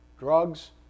Drugs